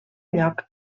lloc